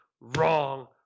Wrong